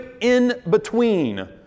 in-between